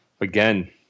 again